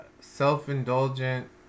self-indulgent